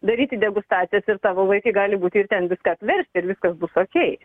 daryti degustacijas ir tavo vaikai gali būti ir ten viską apversti ir viskas bus okei